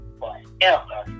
forever